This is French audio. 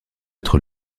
être